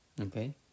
Okay